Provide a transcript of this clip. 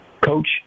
coach